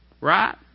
Right